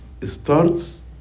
starts